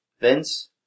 Vince